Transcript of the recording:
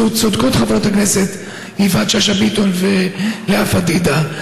צודקות חברות הכנסת יפעת שאשא ביטון ולאה פדידה.